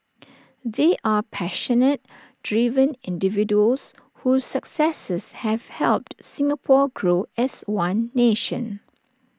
they are passionate driven individuals whose successes have helped Singapore grow as one nation